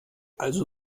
also